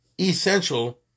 essential